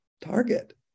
Target